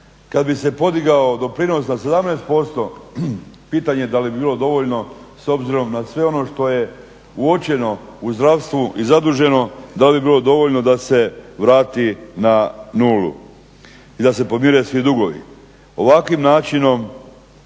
Kad bi se podigao doprinos na 17% pitanje je da li bi bilo dovoljno s obzirom na sve ono što je uočeno u zdravstvu i zaduženo da li bi bilo dovoljno da se vrati na nulu i da se podmire svi dugovi. Ovakvim načinom